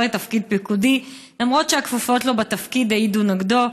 לתפקיד פיקודי למרות שהכפופות לו בתפקיד העידו נגדו.